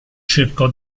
cercò